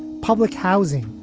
public housing,